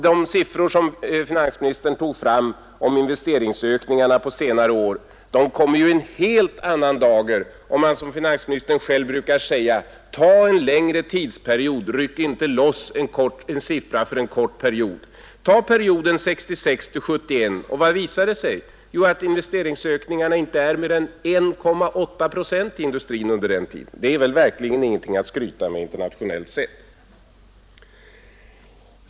De siffror som finansministern tog fram om investeringsökningarna på senare år kommer ju i en helt annan dager om man gör som finansministern själv brukar förorda: Ta en längre tidsperiod, ryck inte loss en siffra för en kort period! Ta perioden 1966-1971 och vad visar sig? Jo, att investeringsökningarna inte är mer än 1,8 procent i industrin i genomsnitt per år under den tiden. Det är väl verkligen ingenting att skryta med, internationellt sett.